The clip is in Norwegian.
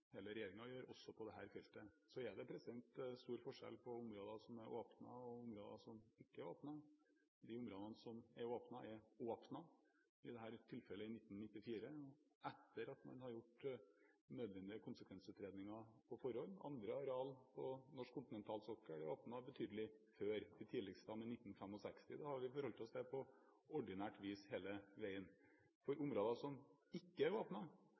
hele regjeringen gjør, også på dette feltet. Så er det stor forskjell på områder som er åpnet, og områder som ikke er åpnet. De områdene som er åpnet, er åpnet – i dette tilfellet i 1994 – etter at man har gjort nødvendige konsekvensutredninger på forhånd. Andre arealer på norsk kontinentalsokkel er åpnet betydelig før – de tidligste i 1965. Det har vi forholdt oss til på ordinært vis hele veien. For områder som ikke er